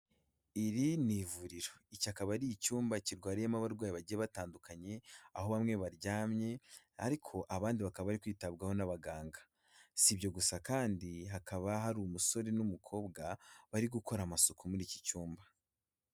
Iri ni ivuriro, iki akaba ari icyumba kirwariyemo abarwayi bagiye batandukanye, aho bamwe baryamye, ariko abandi bakaba bari kwitabwaho n'abaganga, sibyo gusa kandi hakaba hari umusore n'umukobwa bari gukora amasuku muri iki cyumba.